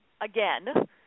again